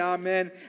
Amen